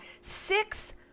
six